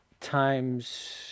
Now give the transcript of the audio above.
times